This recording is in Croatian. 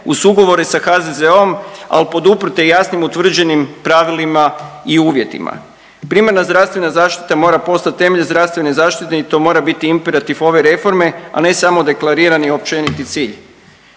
uz ugovore sa HZZO-om, al poduprte jasnim i utvrđenim pravilima i uvjetima. Primarna zdravstvena zaštita mora postat temelj zdravstvene zaštite i to mora biti imperativ ove reforme, a ne samo deklarirani općeniti cilj.